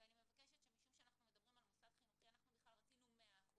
אני מבקשת שמשום שאנחנו מדברים על מוסד חינוכי אנחנו בכלל רצינו 100%,